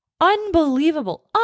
unbelievable